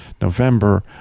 November